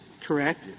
correct